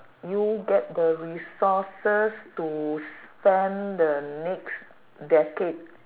you get the resources to spend the next decade